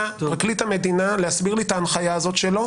פרקליט המדינה להסביר לי את ההנחיה הזאת שלו.